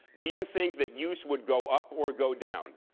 do you think that use would go up or go down?